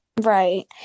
Right